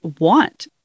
want